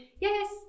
yes